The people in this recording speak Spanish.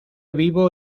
vivo